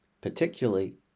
particularly